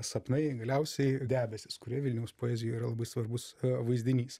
sapnai galiausiai debesys kurie vilniaus poezijoj yra labai svarbus vaizdinys